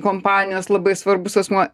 kompanijos labai svarbus asmuo